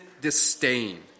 disdain